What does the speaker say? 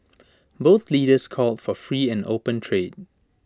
both leaders called for free and open trade